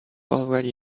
already